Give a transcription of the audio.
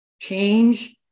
change